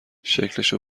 شکلشو